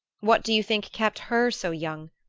what do you think kept her so young?